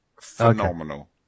Phenomenal